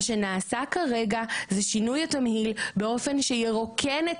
מה שנעשה כרגע זה שינוי התמהיל באופן שירוקן את